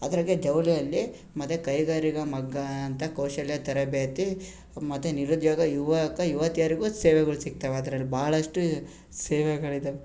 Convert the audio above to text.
ಅದ್ರಾಗೆ ಜವಳಿಯಲ್ಲಿ ಮತ್ತು ಕೈಗಾರಿಕಾ ಮಗ್ಗ ಅಂತ ಕೌಶಲ್ಯ ತರಬೇತಿ ಮತ್ತು ನಿರುದ್ಯೋಗ ಯುವಕ ಯುವತಿಯರಿಗೂ ಸೇವೆಗಳು ಸಿಗ್ತವೆ ಅದ್ರಲ್ಲಿ ಭಾಳಷ್ಟು ಸೇವೆಗಳಿದ್ದಾವೆ